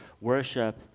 Worship